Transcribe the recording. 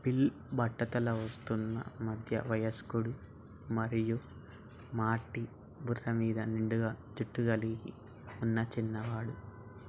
bill బట్టతల వస్తున్న మధ్య వయస్కుడు మరియు మార్టీ బుర్రమీద నిండుగా జుట్టు కలిగి ఉన్నా చిన్నవాడు